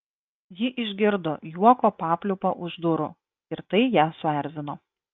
ji išgirdo juoko papliūpą už durų ir tai ją suerzino